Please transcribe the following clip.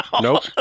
nope